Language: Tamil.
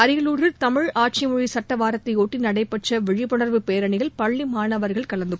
அரியலூரில் தமிழ் ஆட்சிமொழி சட்ட வாரத்தையொட்டி நடைபெற்ற விழிப்புணர்வு பேரணியில் பள்ளி மாணவர்கள் கலந்து கொண்டனர்